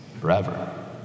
forever